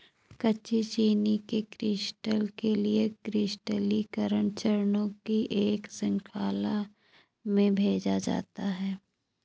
कच्ची चीनी के क्रिस्टल के लिए क्रिस्टलीकरण चरणों की एक श्रृंखला में भेजा जाता है